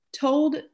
told